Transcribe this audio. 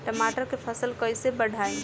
टमाटर के फ़सल कैसे बढ़ाई?